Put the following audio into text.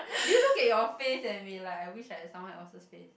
do you look at your face and be like I wished I had someone else's face